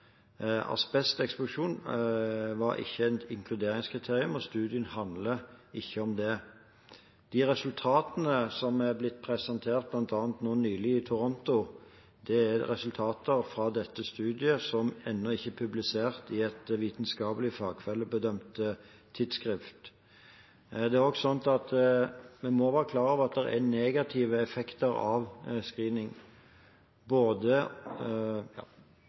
var ikke et inkluderingskriterium, og studien handler ikke om det. De resultatene som er blitt presentert bl.a. nå nylig i Toronto, er resultater fra dette studiet som ennå ikke er publisert i et vitenskapelig fagfellebedømt tidsskrift. En må også være klar over at det er negative effekter av screening, både